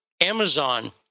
Amazon